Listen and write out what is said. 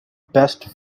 best